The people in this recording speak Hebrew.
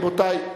רבותי,